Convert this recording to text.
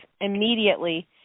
immediately